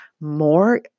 more